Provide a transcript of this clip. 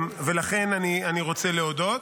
ולכן אני רוצה להודות.